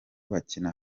bakina